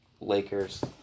Lakers